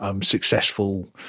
successful